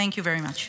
Thank you very much.